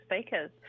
speakers